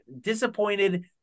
disappointed